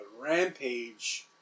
Rampage